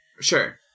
Sure